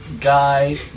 guy